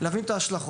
ולהבין את ההשלכות.